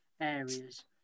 areas